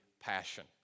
passion